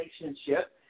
relationship